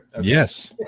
yes